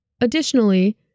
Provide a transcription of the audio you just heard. Additionally